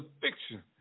fiction